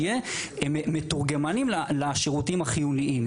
מתורגמנים לשירותים החיוניים.